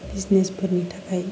बिजनेसफोरनि थाखाय